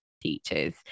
Teachers